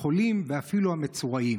החולים ואפילו המצורעים.